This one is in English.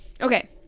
Okay